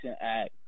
Act